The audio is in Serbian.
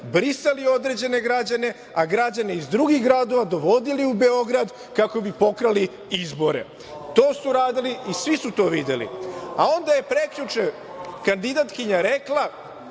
brisali određene građane, a građane iz drugih gradova dovodili u Beograd kako bi pokrali izbore. To su radili i svi su to videli. Onda je prekjuče kandidatkinja rekla